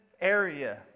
area